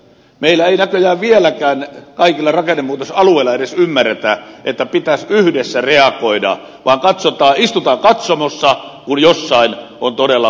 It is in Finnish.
meillä ei näköjään vieläkään kaikilla rakennemuutosalueilla ymmärretä edes että pitäisi yhdessä reagoida vaan istutaan katsomossa kun jossain todella maa järisee